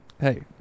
Hey